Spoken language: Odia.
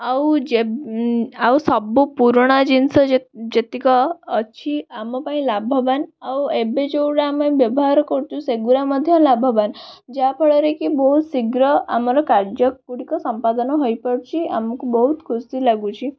ଆଉ ଆଉ ସବୁ ପୁରୁଣା ଜିନିଷ ଯେତିକ ଅଛି ଆମପାଇଁ ଲାଭବାନ ଆଉ ଏବେ ଯୋଉଗୁରା ଆମେ ବ୍ୟବହାର କରୁଛୁ ସେଗୁରା ମଧ୍ୟ ଲାଭବାନ ଯାହାଫଳରେ କି ବହୁତ ଶୀଘ୍ର ଆମର କାର୍ଯ୍ୟଗୁଡ଼ିକ ସମ୍ପାଦନ ହୋଇପାରୁଛି ଆମକୁ ବହୁତ ଖୁସି ଲାଗୁଛି